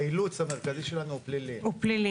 האילוץ המרכזי שלנו הוא פליליים.